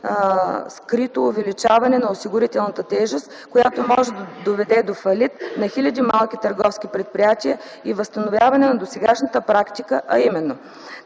скрито увеличаване на осигурителната тежест, която може да доведе до фалит на хиляди малки търговски предприятия и възстановяване на досегашната практика, а именно: